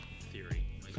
theory